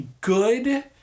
good